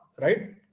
right